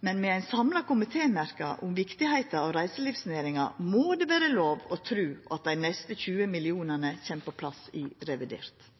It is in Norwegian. Men med ein samla komitémerknad om viktigheita av reiselivsnæringa må det vera lov å tru at dei neste 20 mill. kr kjem på plass i revidert nasjonalbudsjett.